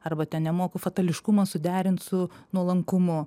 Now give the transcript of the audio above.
arba ten nemoku fatališkumo suderint su nuolankumu